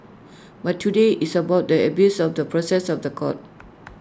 but today it's about the abuse of the process of The Court